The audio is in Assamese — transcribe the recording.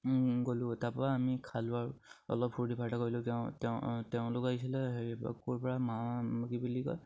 গ'লোঁ তাৰপা আমি খালোঁ আৰু অলপ ফূৰ্তি ফাৰ্তা কৰিলোঁ তেওঁ তেওঁলোক আহিছিলে বুলি কয়